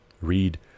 read